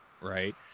right